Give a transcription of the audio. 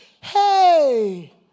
Hey